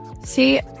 See